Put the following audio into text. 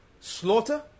slaughter